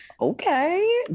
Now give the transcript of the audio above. okay